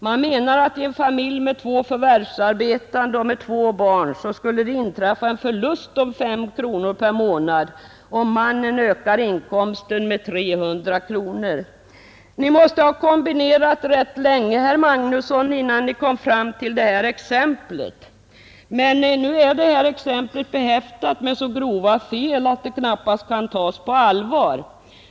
Man menar att i en familj med två förvärvsarbetande makar och två barn skulle det inträffa en förlust på 5 kronor per månad om mannen ökar inkomsten med 300 kronor. Ni måste ha kombinerat rätt länge, herr Magnusson i Borås, innan ni kom fram till det här exemplet. Men nu är exemplet behäftat med så grova fel att det knappast kan tas på allvar.